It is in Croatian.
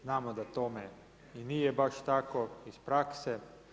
Znamo da tome i nije baš tako iz prakse.